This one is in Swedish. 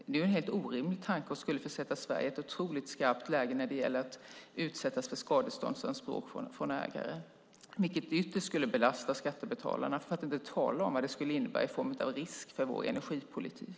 Det är en helt orimlig tanke och skulle försätta Sverige i ett otroligt skarpt läge när det gäller att utsättas för skadeståndsanspråk från ägare. Det skulle ytterst belasta skattebetalarna, för att inte tala om vad det skulle innebära av risk för vår energipolitik.